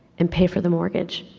and pay for the mortgage.